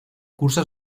cursa